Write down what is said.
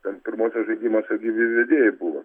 ten pirmuosiuos žaidimuose gyvi vedėjai buvo